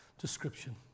description